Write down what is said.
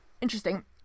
interesting